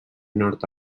nord